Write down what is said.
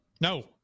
No